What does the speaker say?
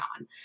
on